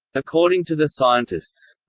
according to the scientists.